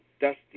dusty